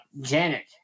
Janet